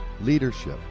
leadership